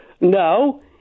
No